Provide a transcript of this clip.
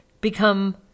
become